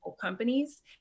companies